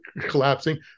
collapsing